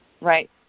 right